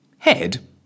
head